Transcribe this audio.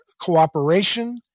cooperation